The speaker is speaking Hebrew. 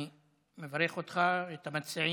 אני מברך אותך, את המציעים,